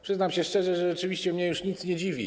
Przyznam szczerze, że rzeczywiście mnie już nic nie dziwi.